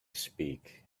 speak